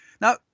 Now